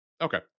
Okay